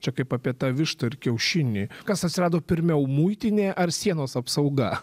čia kaip apie tą vištą ar kiaušinį kas atsirado pirmiau muitinė ar sienos apsauga